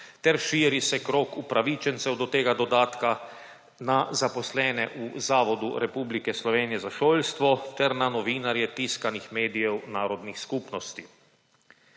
ter širi se krog upravičencev do tega dodatka na zaposlene v Zavodu Republike Slovenije za šolstvo ter na novinarje tiskanih medijev narodnih skupnosti.